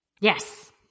Yes